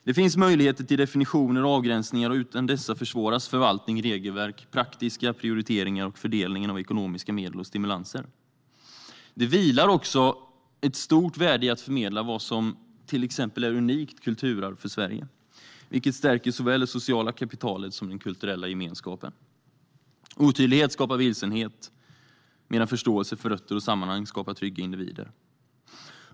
Det finns möjligheter till definitioner och avgränsningar, och utan dessa försvåras förvaltning, regelverk, praktiska prioriteringar och fördelningen av ekonomiska medel och stimulanser. Det vilar också ett stort värde i att förmedla vad som till exempel är unikt kulturarv för Sverige, vilket stärker såväl det sociala kapitalet som den kulturella gemenskapen. Otydlighet skapar vilsenhet, medan förståelse för rötter och sammanhang skapar trygga individer.